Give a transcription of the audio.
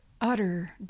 utter